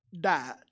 died